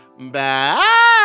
back